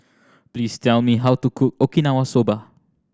please tell me how to cook Okinawa Soba